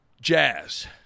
Jazz